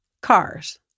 Cars